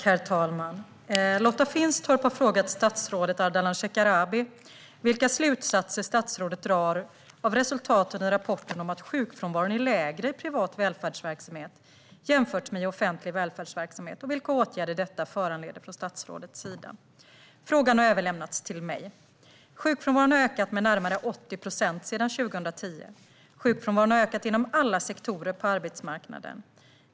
Herr talman! Lotta Finstorp har frågat statsrådet Ardalan Shekarabi vilka slutsatser statsrådet drar av resultaten i rapporten om att sjukfrånvaron är lägre i privat välfärdsverksamhet jämfört med i offentlig välfärdsverksamhet, och vilka åtgärder detta föranleder från statsrådets sida. Frågan har överlämnats till mig. Sjukfrånvaron har ökat med närmare 80 procent sedan 2010. Sjukfrånvaron har ökat inom alla sektorer på arbetsmarknaden.